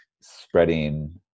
spreading